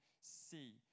see